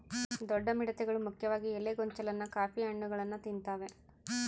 ದೊಡ್ಡ ಮಿಡತೆಗಳು ಮುಖ್ಯವಾಗಿ ಎಲೆ ಗೊಂಚಲನ್ನ ಕಾಫಿ ಹಣ್ಣುಗಳನ್ನ ತಿಂತಾವೆ